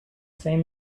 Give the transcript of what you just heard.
same